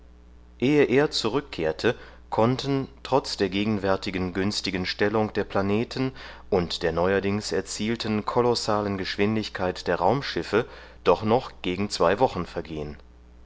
ehe er zurückkehrte konnten trotz der gegenwärtigen günstigen stellung der planeten und der neuerdings erzielten kolossalen geschwindigkeit der raumschiffe doch noch gegen zwei wochen vergehen